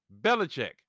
Belichick